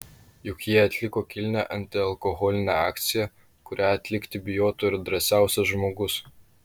juk jie atliko kilnią antialkoholinę akciją kurią atlikti bijotų ir drąsiausias žmogus